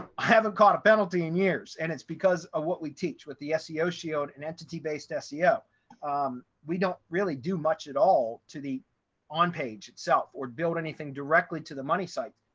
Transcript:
i haven't caught a penalty in years and it's because of what we teach with the seo shield and entity based seo. we don't really do much at all to the on page itself or build anything directly to the money site.